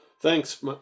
thanks